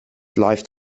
läuft